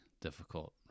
difficult